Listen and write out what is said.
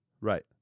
right